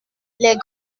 les